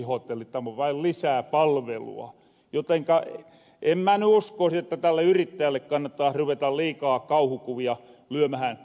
tämon vain lisää palvelua jotenka en mä ny uskoosi että tälle yrittäjälle kannattaas ruveta liikaa kauhukuvia lyömähän rattaisiin